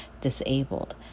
disabled